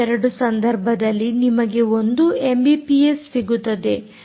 2 ಸಂದರ್ಭದಲ್ಲಿ ನಿಮಗೆ ಒಂದು ಎಮ್ಬಿಪಿಎಸ್ ಸಿಗುತ್ತದೆ ಮತ್ತು 5